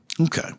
Okay